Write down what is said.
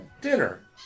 Dinner